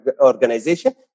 organization